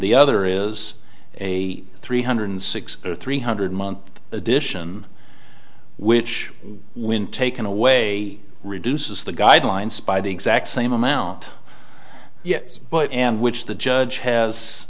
the other is a three hundred six three hundred month edition which when taken away reduces the guidelines by the exact same amount yes but and which the judge has